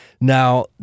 Now